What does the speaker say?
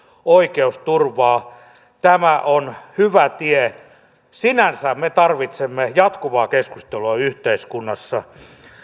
oikeusturvaa tämä on hyvä tie sinänsä me tarvitsemme jatkuvaa keskustelua yhteiskunnassa